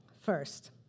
First